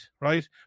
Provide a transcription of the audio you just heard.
right